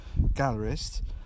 gallerist